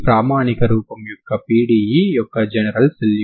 కాబట్టి మనం దీనిని ఎలా చేయాలి